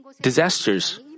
disasters